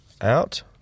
out